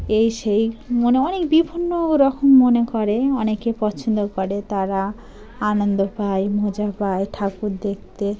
এই সেই মনে অনেক বিভিন্ন রকম মনে করে অনেকে পছন্দ করে তারা আনন্দ পায় মজা পায় ঠাকুর দেখতে